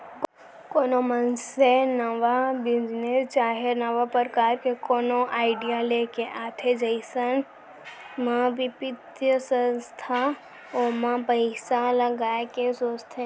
कोनो मनसे नवा बिजनेस चाहे नवा परकार के कोनो आडिया लेके आथे अइसन म बित्तीय संस्था ओमा पइसा लगाय के सोचथे